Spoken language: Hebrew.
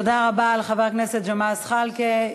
תודה רבה לחבר הכנסת ג'מאל זחאלקה.